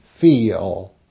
feel